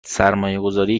سرمایهگذاری